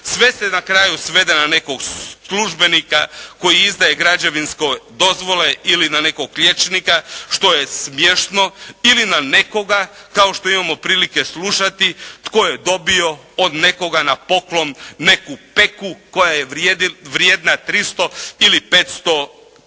sve se na kraju svede na nekog službenika koji izdaje građevinske dozvole ili na nekog liječnika, što je smiješno ili na nekoga kao što imam prilike slušati tko je dobio od nekoga na poklon neku peku koja je vrijedna 300 ili 500 kuna.